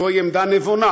זוהי עמדה נבונה.